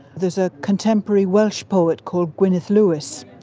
there's a contemporary welsh poet called gwyneth lewis.